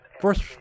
First